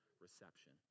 reception